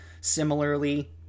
similarly